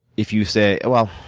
if you say, well,